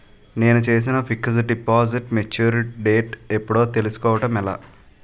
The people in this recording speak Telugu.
నేను చేసిన ఫిక్సడ్ డిపాజిట్ మెచ్యూర్ డేట్ ఎప్పుడో తెల్సుకోవడం ఎలా?